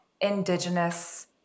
indigenous